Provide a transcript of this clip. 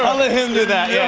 um let him do that. yeah,